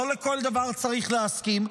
לא לכל דבר צריך להסכים,